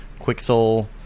Quixel